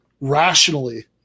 rationally